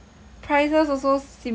even if we eat out now right